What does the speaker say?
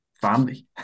family